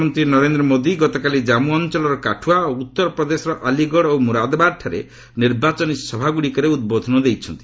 ପ୍ରଧାନମନ୍ତ୍ରୀ ନରେନ୍ଦ୍ର ମୋଦି ଗତକାଲି ଜନ୍ମୁ ଅଞ୍ଚଳର କାଠୁଆ ଓ ଉତ୍ତର ପ୍ରଦେଶର ଆଲିଗଡ଼ ଓ ମୁରାଦାବାଦରେ ନିର୍ବାଚନୀ ସଭାଗୁଡ଼ିକରେ ଉଦ୍ବୋଧନ ଦେଇଛନ୍ତି